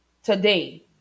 Today